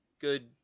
good